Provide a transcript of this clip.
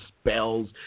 spells